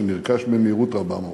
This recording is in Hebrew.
שנרכש במהירות רבה מאוד,